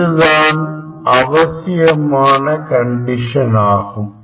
இதுதான் அவசியமான கண்டிஷன் ஆகும்